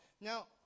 Now